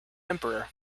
emperor